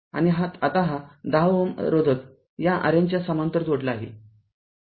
आणि आता हा १० Ω रोधक या RN च्या समांतर जोडला आहे